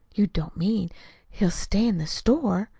you don't mean he'll stay in the store?